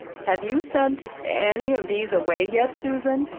have you sent any of these away yet, susan?